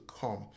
come